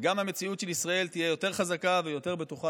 וגם המציאות של ישראל תהיה יותר חזקה ויותר בטוחה,